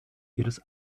ihres